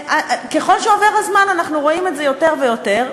ככל שעובר הזמן אנחנו רואים את זה יותר ויותר.